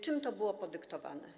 Czym to było podyktowane?